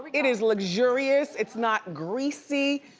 it is luxurious, it's not greasy.